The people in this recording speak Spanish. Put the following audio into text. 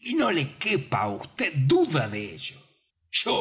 y no le quepa á vd duda de ello yo